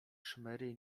szmery